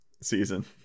season